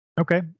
Okay